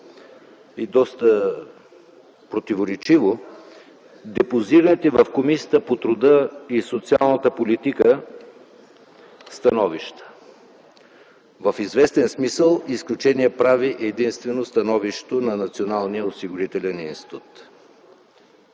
и доста противоречиво депозираните в Комисията по труда и социалната политика становища. В известен смисъл изключение прави единствено становището на Националния осигурителен институт.